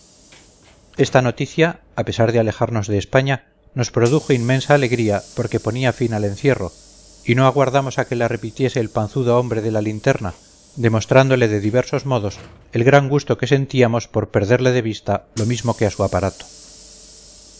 esta noticia a pesar de alejarnos de españa nos produjo inmensa alegría porque ponía fin al encierro y no aguardamos a que la repitiese el panzudo hombre de la linterna demostrándole de diversos modos el gran gusto que sentíamos por perderle de vista lo mismo que a su aparato